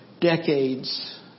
decades